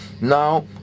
Now